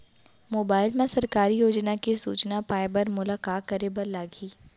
mobile मा सरकारी योजना के सूचना पाए बर मोला का करे बर लागही